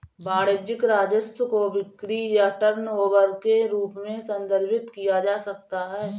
वाणिज्यिक राजस्व को बिक्री या टर्नओवर के रूप में भी संदर्भित किया जा सकता है